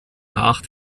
nach